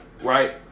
Right